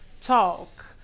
talk